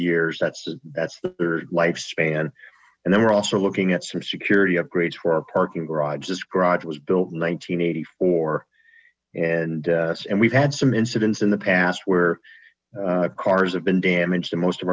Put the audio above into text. years that's the that's their lifespan and then we're also looking at some security upgrades for our parking garages garage was built in nineteen eighty four and and we've had some incidents in the past where cars have been damaged in most of